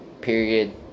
Period